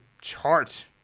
chart